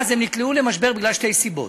הם נקלעו למשבר בגלל שתי סיבות.